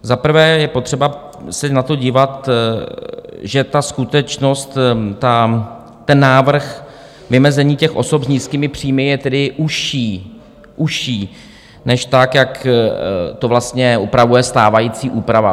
Za prvé je potřeba se na to dívat, že ta skutečnost, ten návrh vymezení osob s nízkými příjmy, je tedy užší, užší, než tak jak to vlastně upravuje stávající úprava.